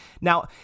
Now